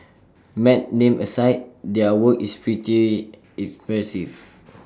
mad name aside their work is pretty impressive